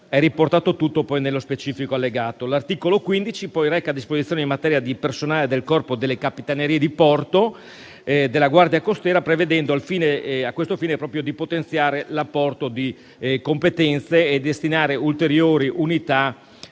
È riportato tutto nello specifico allegato. L'articolo 15 reca disposizioni in materia di personale del Corpo delle capitanerie di porto e della Guardia costiera, prevedendo, a questo fine, di potenziare l'apporto di competenze e di destinare ulteriori unità